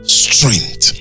strength